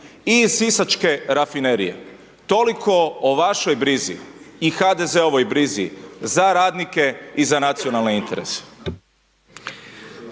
iz sisačke rafinerije. Toliko o vašoj brizi i HDZ-ovoj brizi za radnike i za nacionalne interese.